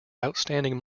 outstanding